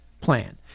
plan